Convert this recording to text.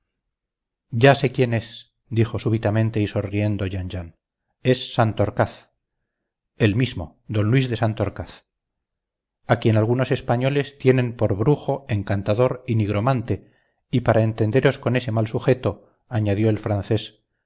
ya sé quién es dijo súbitamente y sonriendo jean jean es santorcaz el mismo d luis de santorcaz a quien algunos españoles tienen por brujo encantador y nigromante y para entenderos con ese mal sujeto añadió el francés